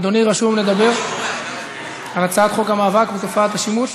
אדוני רשום לדבר על הצעת חוק המאבק בתופעת השימוש,